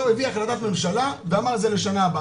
הוא הביא החלטת ממשלה ואמר זה לשנה הבאה,